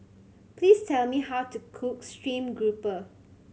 please tell me how to cook stream grouper